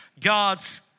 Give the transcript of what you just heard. God's